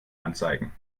anzeigen